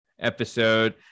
episode